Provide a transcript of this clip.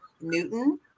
Newton